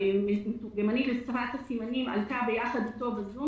המתורגמנית לשפת הסימנים עלתה ביחד איתו בזום